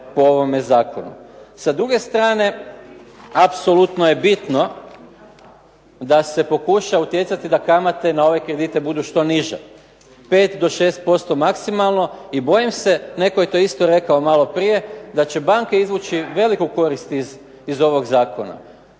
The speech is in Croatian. po ovome Zakonu. S druge strane apsolutno je bitno da se pokuša utjecati da kamate na ove kredite budu što niže, 5 do 6% maksimalno i bojim se netko je to isto rekao maloprije, da će banke izvući veliku korist iz ovog Zakona.